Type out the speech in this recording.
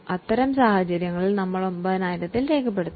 അത്തരം സാഹചര്യങ്ങളിൽ 9000 രേഖപ്പെടുത്തുന്നു